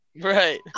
Right